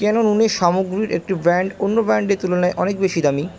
কেন নুনের সামগ্রীর একটি ব্র্যান্ড অন্য ব্র্যান্ডের তুলনায় অনেক বেশি দামি